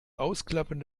ausklappen